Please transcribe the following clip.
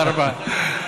תודה רבה.